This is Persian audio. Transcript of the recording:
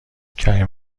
کریم